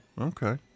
Okay